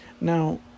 Now